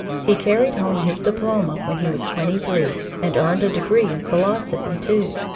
he carried home his diploma when he was twenty-three and earned a degree in philosophy, too.